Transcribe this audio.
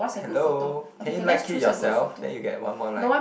hello can you like it yourself then you get one more like